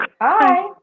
Hi